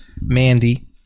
Mandy